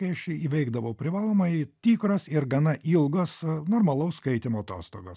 kai aš įveikdavau privalomąjį tikros ir gana ilgos normalaus skaitymo atostogos